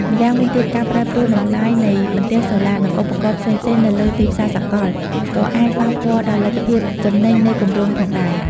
ម្យ៉ាងវិញទៀត ការប្រែប្រួលតម្លៃនៃបន្ទះសូឡា និងឧបករណ៍ផ្សេងៗនៅលើទីផ្សារសកល ក៏អាចប៉ះពាល់ដល់លទ្ធភាពចំណេញនៃគម្រោងផងដែរ។